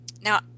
Now